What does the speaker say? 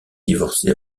divorcé